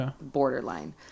borderline